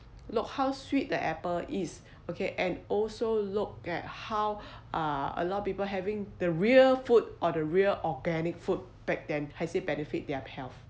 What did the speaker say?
look how sweet the apple is okay and also look at how uh a lot of people having the real food or the real organic food back then has it benefit their health